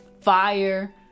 fire